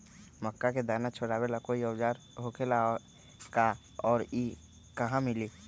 मक्का के दाना छोराबेला कोई औजार होखेला का और इ कहा मिली?